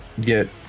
get